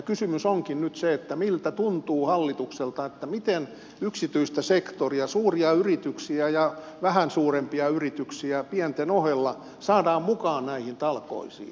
kysymys onkin nyt se miltä tuntuu hallituksesta miten yksityistä sektoria suuria yrityksiä ja vähän suurempia yrityksiä pienten ohella saadaan mukaan näihin talkoisiin